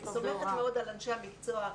סומכת מאוד על אנשי המקצוע הרפואיים,